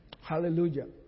Hallelujah